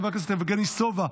חבר הכנסת יבגני סובה,